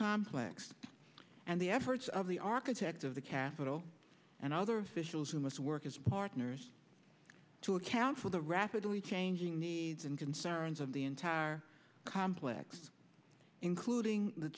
complex and the efforts of the architect of the capitol and other officials who must work as partners to account for the rapidly changing needs and concerns of the entire complex including the